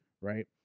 right